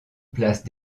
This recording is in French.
place